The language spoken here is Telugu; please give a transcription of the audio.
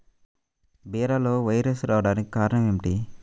బీరలో వైరస్ రావడానికి కారణం ఏమిటి?